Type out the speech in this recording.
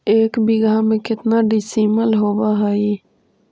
एक बीघा में केतना डिसिमिल होव हइ?